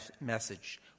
message